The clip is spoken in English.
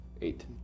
Eight